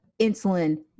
insulin